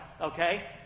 okay